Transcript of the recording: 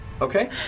Okay